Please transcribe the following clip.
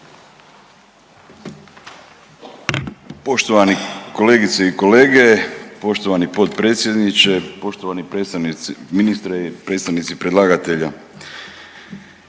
Poštovani kolegice i kolege, poštovani potpredsjedniče, poštovani predstavnici, ministre i predstavnici predlagatelja.